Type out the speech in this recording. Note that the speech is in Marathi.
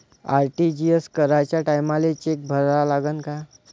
आर.टी.जी.एस कराच्या टायमाले चेक भरा लागन का?